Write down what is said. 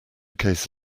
case